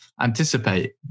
anticipate